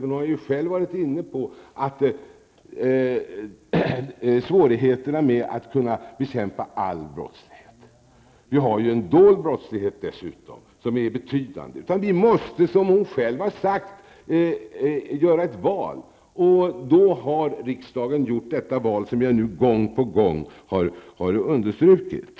Men hon har själv varit inne på svårigheterna när det gäller att kunna bekämpa all brottslighet. Vi har dessutom en betydande dold brottslighet. Vi måste, som Gun Hellsvik själv har sagt, träffa ett val. Riksdagen har också träffat detta val, vilket jag gång på gång har understrukit.